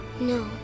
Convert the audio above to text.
No